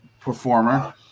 performer